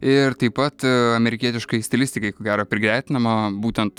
ir taip pat amerikietiškai stilistikai ko gero prigretinamą būtent